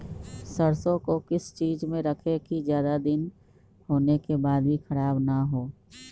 सरसो को किस चीज में रखे की ज्यादा दिन होने के बाद भी ख़राब ना हो?